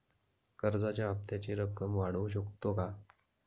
कर्जाच्या हप्त्याची रक्कम वाढवू शकतो का?